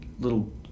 little